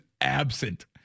absent